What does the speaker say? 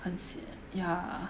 很 sian ya